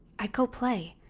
i'd go play.